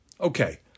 Okay